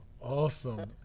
Awesome